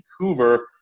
Vancouver –